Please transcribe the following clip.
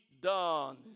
done